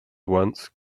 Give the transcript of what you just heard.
once